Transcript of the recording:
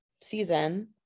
season